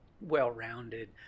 well-rounded